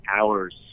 hours